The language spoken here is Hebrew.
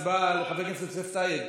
כבוד השר המקשר ושר המשפטים,